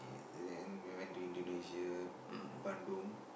then we went to Indonesia Bandung